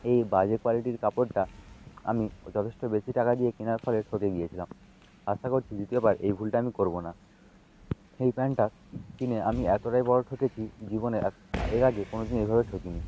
এই বাজে কোয়ালিটির কাপড়টা আমি যথেষ্ট বেশি টাকা দিয়ে কেনার ফলে ঠকে গিয়েছিলাম আশা করছি দ্বিতীয়বার এই ভুলটা আমি করবো না এই প্যান্টটা কিনে আমি এতোটাই বড়ো ঠকেছি জীবনে এর আগে কোনো দিন এভাবে ঠকি নি